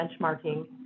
benchmarking